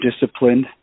disciplined